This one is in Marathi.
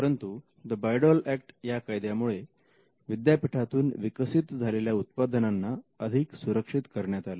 परंतु The Bayh Dole Act या कायद्यामुळे विद्यापीठातून विकसित झालेल्या उत्पादनांना अधिक सुरक्षित करण्यात आले